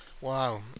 Wow